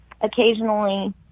occasionally